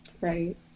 right